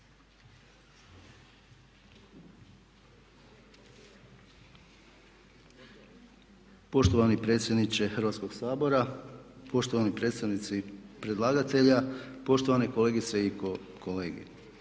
gospodine predsjedniče Hrvatskog sabora, poštovani predlagatelju i poštovane kolegice i kolege